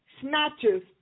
snatches